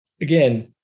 again